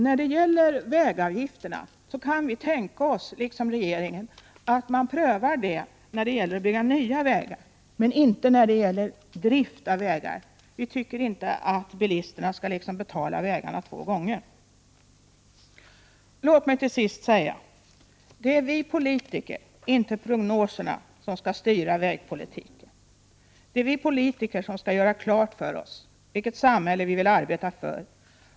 När det gäller vägavgifterna kan vi, liksom regeringen, tänka oss att man prövar avgifter då det blir fråga om att bygga nya vägar, men inte när det rör sig om drift av vägar. Vi tycker inte att bilisterna skall betala vägarna två gånger. Låt mig till sist säga att det är vi politiker och inte prognoserna som skall styra vägpolitiken. Det är vi politiker som skall göra klart för oss vilket samhälle som vi vill arbeta för.